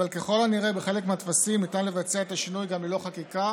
אבל ככל הנראה בחלק מהטפסים ניתן לבצע את השינוי גם ללא חקיקה